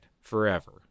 forever